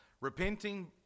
repenting